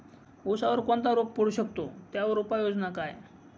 ऊसावर कोणता रोग पडू शकतो, त्यावर उपाययोजना काय?